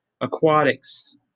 aquatics